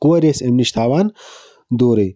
کورِ ٲسۍ اَمہِ نِش تھاوان دوٗرٕے